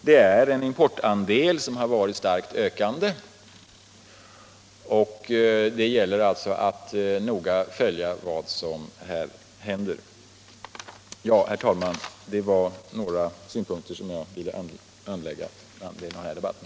Denna importandel har dock varit starkt ökande, och det gäller alltså att noga följa vad som här händer. Herr talman! Jag har velat anföra dessa synpunkter med anledning av den här debatten.